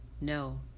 No